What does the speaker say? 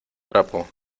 trapo